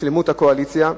לשלמות הקואליציה.